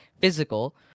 physical